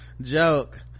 joke